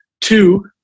Two